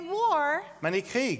war